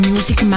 Music